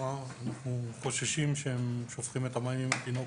אנו חוששים שהם שופכים את המים עם התינוק.